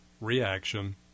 reaction